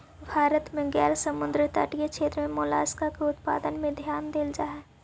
भारत में गैर समुद्र तटीय क्षेत्र में मोलस्का के उत्पादन में ध्यान देल जा हई